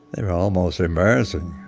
they were almost embarrassing.